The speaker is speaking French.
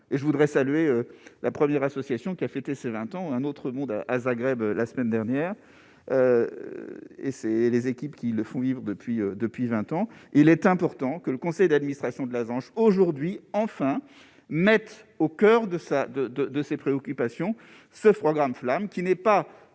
et je voudrais saluer la première association qui a fêté ses 20 ans un autre monde, hein, à Zagreb la semaine dernière et c'est les équipes qui le font vivre depuis depuis 20 ans, il est important que le conseil d'administration de l'avance. Aujourd'hui enfin mettent au coeur de ça, de, de, de ses préoccupations, ce programme flammes qui n'est pas